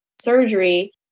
surgery